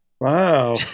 Wow